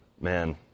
Man